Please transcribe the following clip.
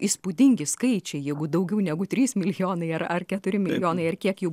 įspūdingi skaičiai jėgų daugiau negu trys milijonai ar keturi milijonai ir kiek jų